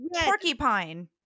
Porcupine